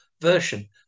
version